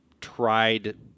tried